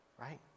Right